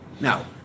Now